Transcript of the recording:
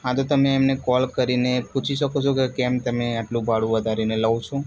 હા તો તમે એમને કોલ કરીને પૂછી શકો છો કે કેમ તમે આટલું ભાડું વધારીને લો છો